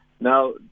Now